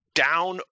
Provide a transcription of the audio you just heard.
down